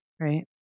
right